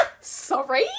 Sorry